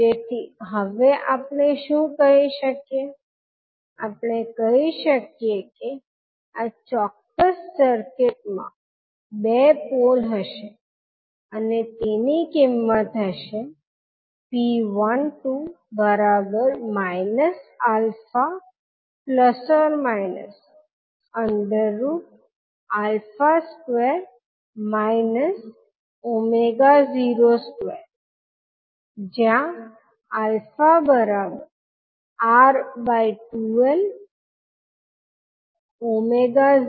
જેથી હવે આપણે શું કહી શકીએ આપણે કહી શકીએ કે આ ચોક્કસ સર્કિટમાં બે પોલ હશે અને તેની કિંમત હશે p12 α±2 02 જ્યાં αR2L 01LC